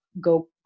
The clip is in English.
go